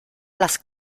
las